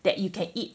that you can eat